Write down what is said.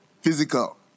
physical